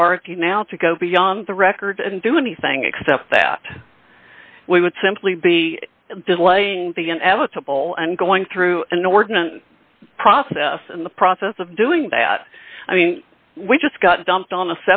authority now to go beyond the record and do anything except that we would simply be delaying the inevitable and going through an ordinance process and the process of doing that i mean we just got dumped on a